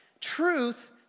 Truth